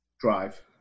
drive